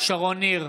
שרון ניר,